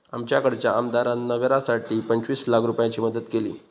आमच्याकडच्या आमदारान नगरासाठी पंचवीस लाख रूपयाची मदत केली